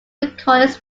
recordings